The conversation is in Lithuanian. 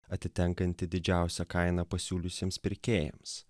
atitenkanti didžiausią kainą pasiūliusiems pirkėjams